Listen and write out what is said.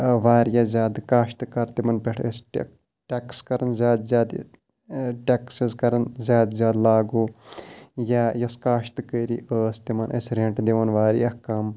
واریاہ زیادٕ کاشتہٕ کار تِمَن پیٚٹھ ٲسۍ ٹیکٕس کَرَان زیادٕ زیادٕ ٹیکسٕز کَرَان زیادٕ زیادٕ لاگو یا یۄس کاشتہٕ کٲری ٲس تِمَن ٲسۍ ریٚنٛٹ دِوَان واریاہ کَم